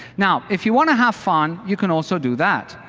now, if you want to have fun, you can also do that.